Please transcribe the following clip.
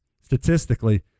Statistically